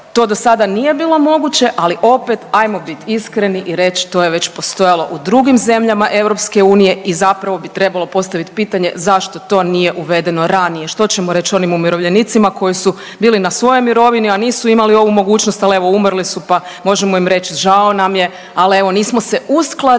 to do sada nije bilo moguće, ali opet ajmo bit iskreni i reć to je već postojalo u drugim zemljama EU i zapravo trebalo postavit pitanje zašto to nije uvedeno radnije? Što ćemo reći onim umirovljenicima koji su bili na svojoj mirovini, a nisu imali ovu mogućnost, ali evo umrli su pa možemo im reći žao nam je, ali evo nismo se uskladili